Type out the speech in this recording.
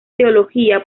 teología